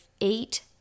eight